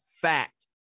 fact